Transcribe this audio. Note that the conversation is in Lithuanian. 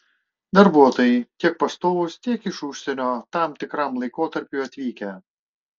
darbuotojai tiek pastovūs tiek iš užsienio tam tikram laikotarpiui atvykę